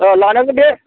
लानांगोन दे